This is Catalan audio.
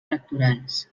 electorals